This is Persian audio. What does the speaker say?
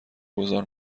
واگذار